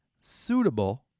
suitable